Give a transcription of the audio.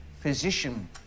physician